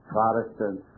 Protestant